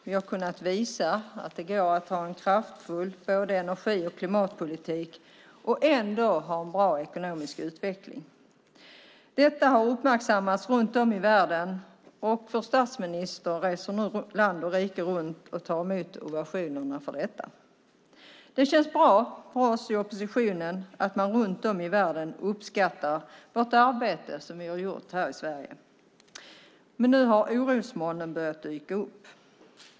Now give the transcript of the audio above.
Vi har kunnat visa att det går att ha en kraftfull energi och klimatpolitik och ändå ha en bra ekonomisk utveckling. Detta har uppmärksammats runt om i världen, och statsministern reser nu land och rike runt och tar emot ovationerna för detta. Det känns bra för oss i oppositionen att man runt om i världen uppskattar det arbete vi har gjort i Sverige. Men nu har orosmolnen börjat dyka upp.